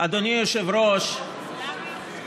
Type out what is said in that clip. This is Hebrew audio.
אדוני היושב-ראש, למה ירושלים?